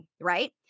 right